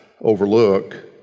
overlook